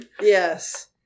yes